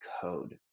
code